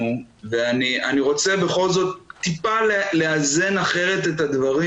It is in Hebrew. ואני רוצה בכל זאת טיפה לאזן אחרת את הדברים.